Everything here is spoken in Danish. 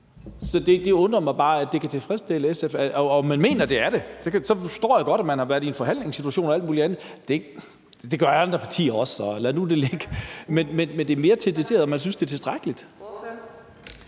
Så det undrer mig bare, at det kan tilfredsstille SF, og at man mener, at det er det. Så forstår jeg godt, at man har været i en forhandlingssituation og alt muligt andet og tænkt, at det gør andre partier også, så lad nu det ligge. Synes man, at det er tilstrækkeligt?